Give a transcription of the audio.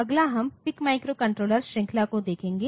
अगला हम PIC microcontroller श्रृंखला को देखेंगे